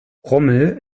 rommel